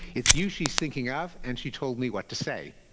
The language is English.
it's you she's thinking of, and she told me what to say.